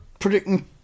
predicting